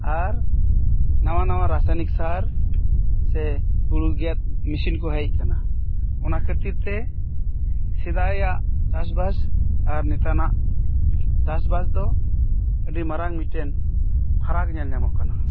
ᱟᱨ ᱱᱟᱣᱟ ᱱᱟᱣᱟ ᱨᱟᱥᱟᱭᱱᱤᱠ ᱥᱟᱨ ᱥᱮ ᱦᱩᱲᱩ ᱜᱮᱫ ᱢᱤᱥᱤᱱ ᱠᱚ ᱦᱮᱡ ᱟᱠᱟᱱᱟ ᱚᱱᱟ ᱠᱷᱟᱹᱛᱤᱨ ᱛᱮ ᱥᱮᱫᱟᱭᱟᱜ ᱪᱟᱥᱵᱟᱥ ᱟᱨ ᱱᱮᱛᱟᱨᱟᱜ ᱪᱟᱥᱵᱟᱥ ᱫᱚ ᱟᱹᱰᱤ ᱢᱟᱨᱟᱝ ᱢᱤᱫᱴᱮᱱ ᱯᱷᱟᱨᱟᱠ ᱧᱮᱞ ᱧᱟᱢᱚᱜ ᱠᱟᱱᱟ